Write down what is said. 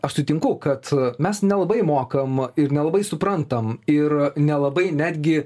aš sutinku kad mes nelabai mokam ir nelabai suprantam ir nelabai netgi